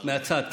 מהצד.